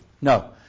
No